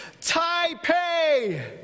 Taipei